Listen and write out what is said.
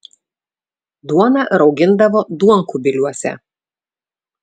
duoną raugindavo duonkubiliuose